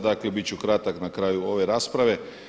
Dakle, bit ću kratak na kraju ove rasprave.